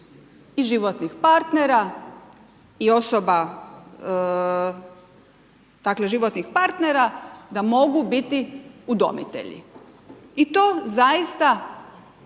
i životnih partnera i osoba, dakle, životnih partnera da mogu biti udomitelji. I to zaista